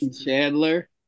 chandler